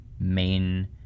main—